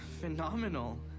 Phenomenal